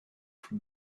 from